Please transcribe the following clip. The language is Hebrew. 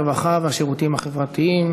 הרווחה והשירותים החברתיים